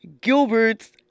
Gilbert's